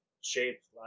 shaped